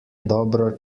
dobro